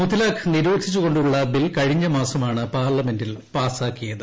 മുത്തലാഖ് നിരോധിച്ചുകൊണ്ടുള്ള ബിൽ കഴിഞ്ഞ മാസമാണ് പാർലമെന്റിൽ പാസാക്കിയത്